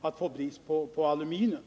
att det på sikt blir brist på aluminium.